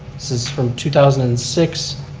this is from two thousand and six,